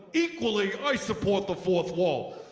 equally i support the fourth wall.